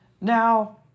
Now